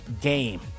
game